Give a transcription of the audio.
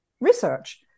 research